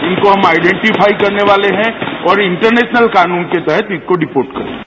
इनको हम आइडेंटीफाई करने वाले हैं और इंटरनेशनल कानून के तहत इनको डिपोट करेंगे